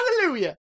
Hallelujah